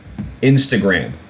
Instagram